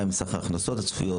מה הן סך ההכנסות הצפויות?